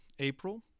April